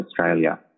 Australia